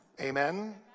Amen